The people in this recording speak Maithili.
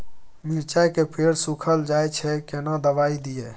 मिर्चाय के पेड़ सुखल जाय छै केना दवाई दियै?